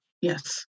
Yes